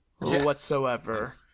whatsoever